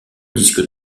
disque